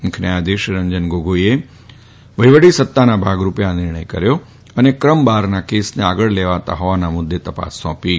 મુખ્ય ન્યાયાધીશશ્રી રંજન ગોગોઇએ વહીવટી સત્તાના ભાગરૂલે આ નિર્ણય કર્યો છે અને ક્રમ બહારના કેસને આગળ લેવાતા હોવાના મુદ્દે તા ાસ સોંાી છે